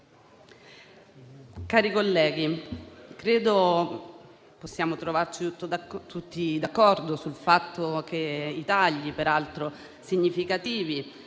Presidente, credo possiamo trovarci tutti d'accordo sul fatto che i tagli, peraltro significativi,